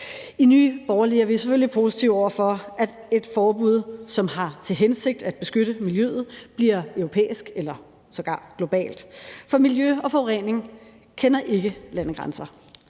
I Nye Borgerlige er vi selvfølgelig positive over for, at et forbud, som har til hensigt at beskytte miljøet, bliver europæisk eller sågar globalt, for miljø og forurening kender ikke landegrænser.